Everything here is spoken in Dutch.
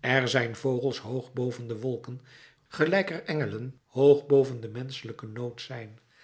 er zijn vogels hoog boven de wolken gelijk er engelen hoog boven den menschelijken nood zijn